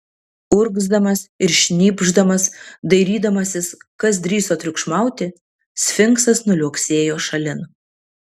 urgzdamas ir šnypšdamas dairydamasis kas drįso triukšmauti sfinksas nuliuoksėjo šalin